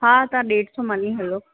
हा तव्हां ॾेढु सौ मञी हलो